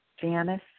Janice